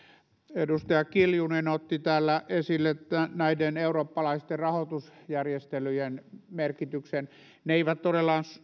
edustaja kiljunen otti täällä esille näiden eurooppalaisten rahoitusjärjestelyjen merkityksen ne eivät